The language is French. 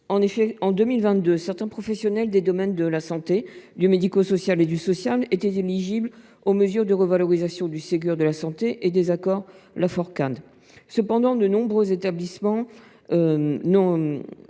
En 2022, certains professionnels des domaines sanitaire, social et médico social étaient éligibles aux mesures de revalorisation du Ségur de la santé et des accords Laforcade. Cependant, de nombreux établissements et